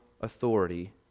authority